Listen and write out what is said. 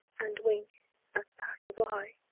and wink at passer-by,